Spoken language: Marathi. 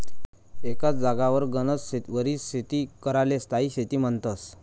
एकच जागावर गनच वरीस शेती कराले स्थायी शेती म्हन्तस